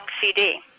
CD